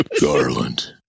Garland